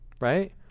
right